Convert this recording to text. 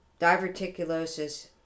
diverticulosis